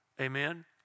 Amen